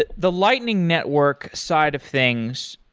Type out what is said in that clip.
the the lighting network side of things,